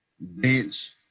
bench